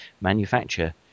manufacture